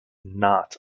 not